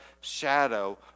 shadow